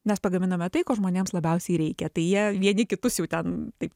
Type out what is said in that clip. mes pagaminame tai ko žmonėms labiausiai reikia tai jie vieni kitus jau ten taip